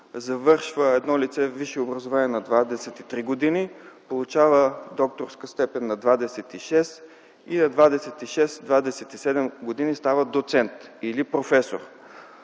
завършва едно лице висше образование на 23 години, получава докторска степен на 26 г. и на 26-27 г. става доцент или професор.